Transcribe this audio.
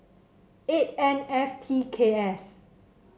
eight N F T K S